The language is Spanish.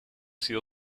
sido